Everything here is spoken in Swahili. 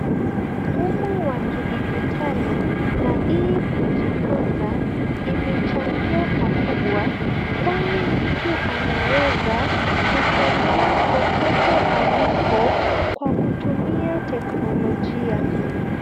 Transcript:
Mfumo wa kidijitali na e kujifunza umechangia pakubwa katika kujifunza kwani mtu anaweza kusomea kokote aliko kwa kutumia teknolojia.